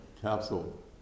capsule